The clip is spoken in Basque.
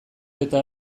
eta